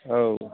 औ